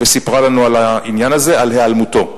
וסיפרה לנו על העניין הזה, על היעלמותו.